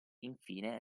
infine